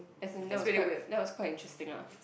as in that was quite that was quite interesting ah